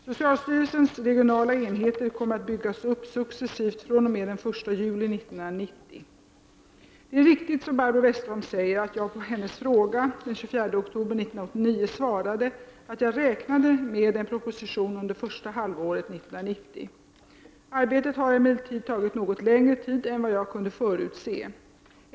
Socialstyrelsens regionala enheter kommer att byggas upp successivt fr.o.m. den 1 juli 1990. Det är riktigt som Barbro Westerholm säger att jag på hennes fråga den 24 oktober 1989 svarade att jag räknade med en proposition under första halvåret 1990. Arbetet har emellertid tagit något längre tid än vad jag kunde förutse.